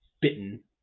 bitten